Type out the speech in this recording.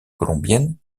colombienne